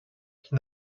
qui